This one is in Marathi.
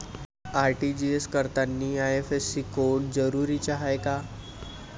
आर.टी.जी.एस करतांनी आय.एफ.एस.सी कोड जरुरीचा हाय का?